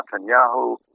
Netanyahu